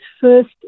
first